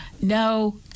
no